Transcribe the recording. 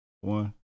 one